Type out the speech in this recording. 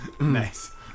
Nice